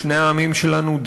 לשני העמים שלנו,